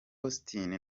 austin